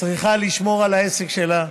היא צריכה לשמור על העסק שלה,